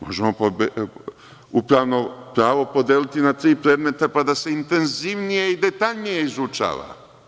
Možemo „Upravno pravo“ podeliti na tri predmeta pa da se intenzivnije i detaljnije izučava.